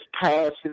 passing